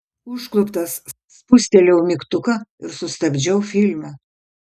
užkluptas spustelėjau mygtuką ir sustabdžiau filmą